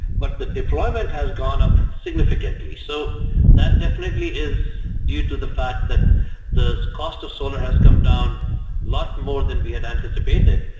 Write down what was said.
but the deployment has gone up significantly. so that definitely is due to the fact that the cost of solar has come down a lot more than we had anticipated.